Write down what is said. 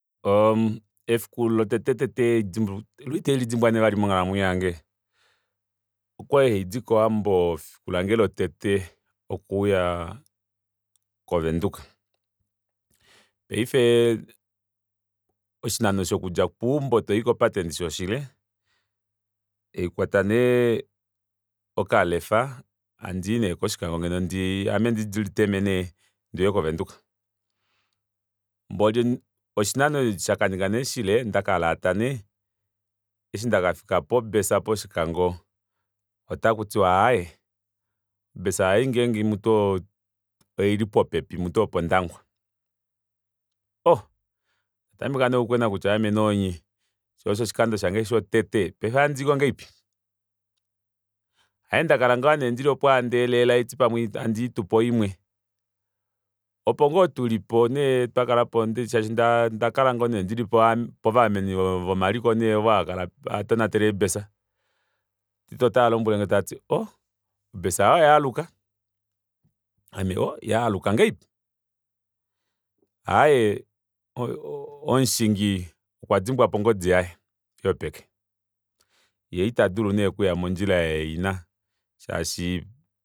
Efiku lotete itandilidimbwa nee vali monghalamwenyo yange okwali handidi kowambo efiku lange lotete okuuya ko windhoek paife oshinano shokudja keumbo toyi kopate ndishi oshile haikwata nee okalefa handii nee koshikango ngeno ndi ame ndiditeme nee nduuye ko windhoek mboli oshinano shakaninga neeshile ndakalata nee eshi ndakafika po bus poshikango otakutiwa aaye obus ei mutu ngenge oili popepi mutu opondangwa ohoo ondatameka nee okukwena kutya vamenoonye shoo osho oshikando shange shotete paife ohandiiko ngahelipi aaye ndakala ngoo nee ndili opo handeelaela handiti pamwe handi litupo imwe opo ngoo tulipo nee twakalapo shashi ondakala ndili povaameni vomaliko ovo haatonatele ee bus nduude otaalombwelenge tavati ohh obus yoye oyaaluka ame ohh yaaluka ngahelipi aaye o- o- o omushingi okwadimbwapo ongodi yaye yopeke yee itadulu nee okuya mondjila eheina shaashi